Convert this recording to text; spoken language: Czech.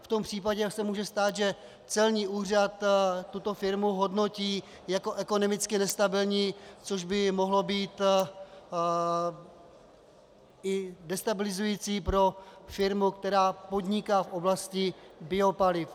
V tom případě se může stát, že celní úřad tuto firmu hodnotí jako ekonomicky nestabilní, což by mohlo být i destabilizující pro firmu, která podniká v oblasti biopaliv.